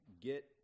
get